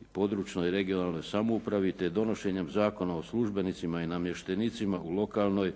i područnoj, regionalnoj samouprave, te donošenjem Zakona o službenicima i namještenicima u lokalnoj